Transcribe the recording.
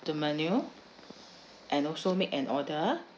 the menu and also make an order